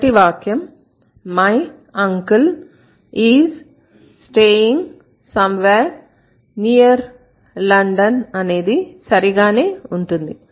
మొదటి వాక్యం my uncle is staying somewhere near London అనేది సరిగానే ఉంటుంది